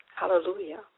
hallelujah